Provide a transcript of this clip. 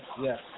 yes